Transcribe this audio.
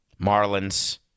Marlins